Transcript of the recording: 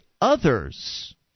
Others